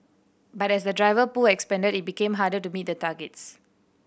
but as the driver pool expanded it became harder to meet the targets